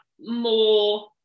more